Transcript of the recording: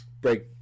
break